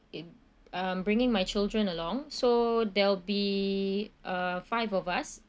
I'm bringing my children along so there'll be uh five of us